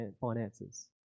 finances